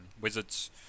Wizards